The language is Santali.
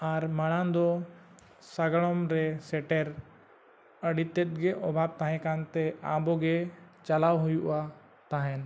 ᱟᱨ ᱢᱟᱲᱟᱝ ᱫᱚ ᱥᱟᱸᱜᱟᱲᱚᱢ ᱨᱮ ᱥᱮᱴᱮᱨ ᱟᱹᱰᱤ ᱛᱮᱫ ᱜᱮ ᱚᱵᱷᱟᱵ ᱛᱟᱦᱮᱸ ᱠᱟᱱᱛᱮ ᱟᱵᱚ ᱜᱮ ᱪᱟᱞᱟᱣ ᱦᱩᱭᱩᱜᱼᱟ ᱛᱟᱦᱮᱸᱫ